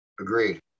Agreed